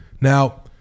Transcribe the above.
Now